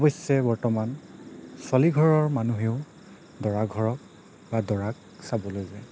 অৱশ্যে বৰ্তমান ছোৱালীঘৰৰ মানুহেও দৰাঘৰক বা দৰাক চাবলৈ যায়